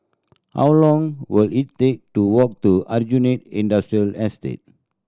how long will it take to walk to Aljunied Industrial Estate